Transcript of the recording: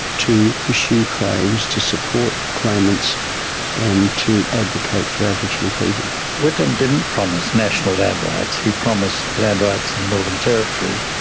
to pursue claims to support claimants and to advocate for aboriginal people. whitlam didn't promise national land rights. he promised land rights in the northern territory,